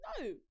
no